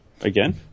again